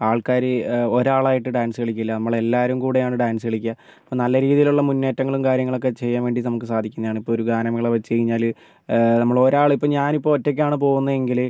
ആൾക്കാർ ഒരാളായിട്ട് ഡാൻസ് കളിക്കില്ല നമ്മൾ എല്ലാവരും കൂടിയാണ് ഡാൻസ് കളിക്കുക ഇപ്പോൾ നല്ല രീതിയിൽ ഉള്ള മുന്നേറ്റങ്ങളും കാര്യങ്ങളും ഒക്കെ ചെയ്യാൻ വേണ്ടി നമുക്ക് സാധിക്കുന്നതാണ് ഇപ്പോൾ ഒരു ഗാനമേള വെച്ച് കഴിഞ്ഞാൽ നമ്മൾ ഒരാളിപ്പോൾ ഞാനിപ്പോൾ ഒറ്റക്കാണ് പോകുന്നത് എങ്കിൽ